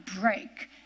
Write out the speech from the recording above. break